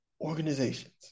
organizations